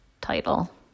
title